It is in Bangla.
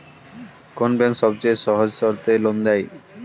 কোন ব্যাংক সবচেয়ে সহজ শর্তে লোন দেয়?